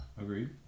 Agreed